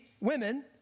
women